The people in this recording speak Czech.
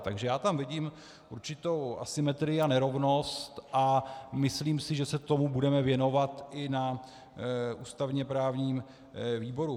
Takže já tam vidím určitou asymetrii a nerovnost a myslím si, že se tomu budeme věnovat i na ústavněprávním výboru.